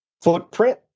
footprint